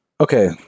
Okay